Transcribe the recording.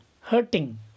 hurting